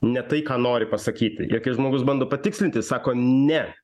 ne tai ką nori pasakyti ir kai žmogus bando patikslinti sako ne